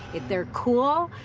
if they're cool,